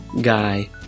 guy